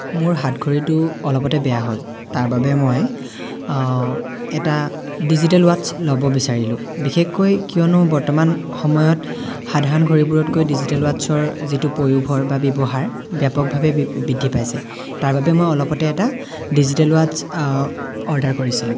মোৰ হাতঘড়ীটো অলপতে বেয়া হ'ল তাৰ বাবে মই এটা ডিজিটেল ৱাটচ্ছ ল'ব বিচাৰিলোঁ বিশেষকৈ কিয়নো বৰ্তমান সময়ত সাধাৰণ ঘড়ীবোৰতকৈ ডিজিটেল ৱাটচ্ছৰ যিটো পয়োভৰ বা ব্যৱহাৰ ব্যাপকভাৱে বি বৃদ্ধি পাইছে তাৰ বাবে মই অলপতে এটা ডিজিটেল ৱাটচ্ছ অৰ্ডাৰ কৰিছিলোঁ